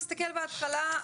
תסתכל בהתחלה,